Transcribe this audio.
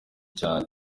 cyane